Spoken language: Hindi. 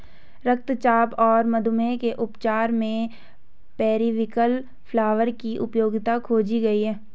रक्तचाप और मधुमेह के उपचार में पेरीविंकल फ्लावर की उपयोगिता खोजी गई है